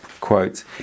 Quote